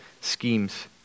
schemes